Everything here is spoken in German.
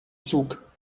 zug